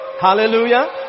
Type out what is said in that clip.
Hallelujah